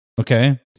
okay